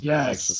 Yes